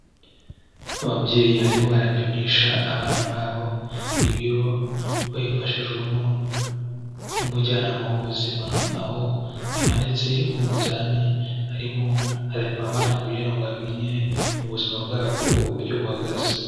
Ababyeyi barimo barapimisha abana babo ibiro, babifashijwemo n'umujyanama w'ubuzima, aho yamanitse umunzani arimo arapima abana kugira ngo amenye ubuzima bwabo uburyo buhagaze.